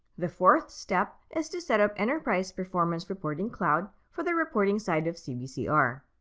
the fourth step is to set up enterprise performance reporting cloud for the reporting side of cbcr.